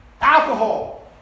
alcohol